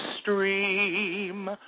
stream